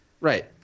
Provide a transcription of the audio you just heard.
Right